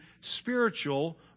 spiritual